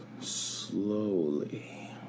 slowly